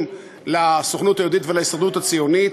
לסוכנות היהודית ולהסתדרות הציונית.